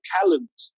talent